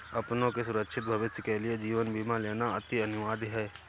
अपनों के सुरक्षित भविष्य के लिए जीवन बीमा लेना अति अनिवार्य है